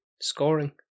scoring